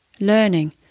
learning